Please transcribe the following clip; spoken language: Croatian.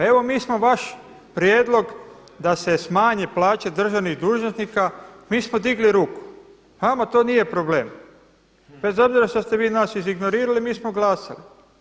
Evo mi smo vaš prijedlog da se smanje plaće državnih dužnosnika mi smo digli ruku, nama to nije problem bez obzira što ste vi nas izignorirali mi smo glasali.